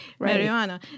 marijuana